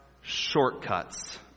shortcuts